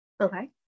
Okay